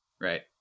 Right